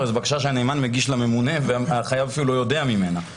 זו הרי בקשה שהנאמן מגיש לממונה והחייב אפילו לא יודע ממנה.